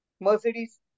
Mercedes